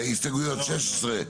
הסתייגויות 26,